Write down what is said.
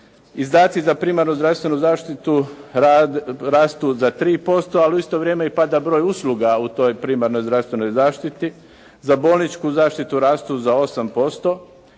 Izdaci za primarnu zdravstvenu zaštitu rastu za 3%, ali u isto vrijeme i pada broj usluga u toj primarnoj zdravstvenoj zaštiti. Za bolničku zaštitu rastu za 8%,